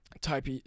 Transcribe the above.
type